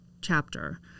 chapter